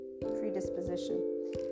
predisposition